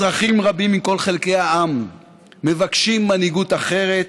אזרחים רבים מכל חלקי העם מבקשים מנהיגות אחרת,